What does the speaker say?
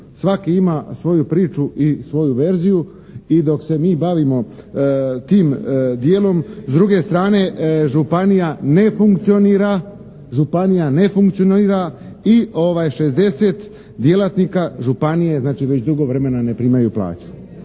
svaki ima svoju priču i svoju verziju i dok se mi bavimo tim dijelom s druge strane županija ne funkcionira i 60 djelatnika županije znači već dugo vremena ne primaju plaću.